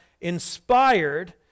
inspired